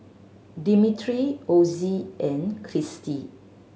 Dimitri Ozzie and Cristy